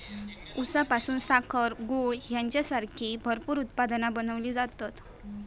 ऊसापासून साखर, गूळ हेंच्यासारखी भरपूर उत्पादना बनवली जातत